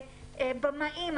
על במאים,